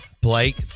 Blake